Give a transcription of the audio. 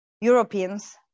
Europeans